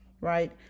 Right